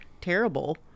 terrible